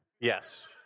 Yes